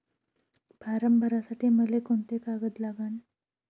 Form भरासाठी मले कोंते कागद लागन?